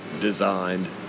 designed